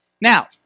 Now